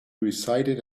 recited